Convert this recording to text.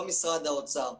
לא משרד האוצר.